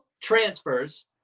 transfers